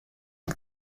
que